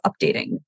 updating